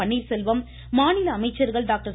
பன்னீர்செல்வம் மாநில அமைச்சர்கள் டாக்டர்